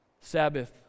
Sabbath